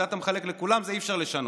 את זה אתה מחלק לכולם, ואת זה אי-אפשר לשנות.